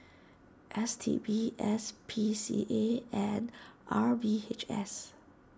S T B S P C A and R V H S